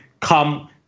come